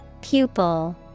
Pupil